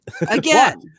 again